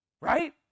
right